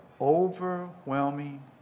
overwhelming